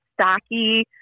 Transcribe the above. stocky